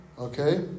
Okay